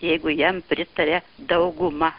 jeigu jam pritaria dauguma